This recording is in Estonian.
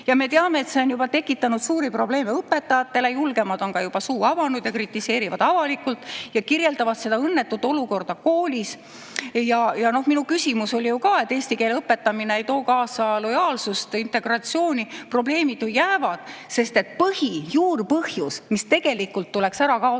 Ja me teame, et see on tekitanud suuri probleeme õpetajatele. Julgemad on juba suu avanud, kritiseerivad avalikult ja kirjeldavad õnnetut olukorda koolis. Minu küsimus oli ju ka [selle kohta], et eesti keele õpetamine ei too kaasa lojaalsust, integratsiooni. Probleemid jäävad, sest põhi, juurpõhjus, mis tegelikult tuleks ära kaotada,